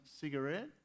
cigarette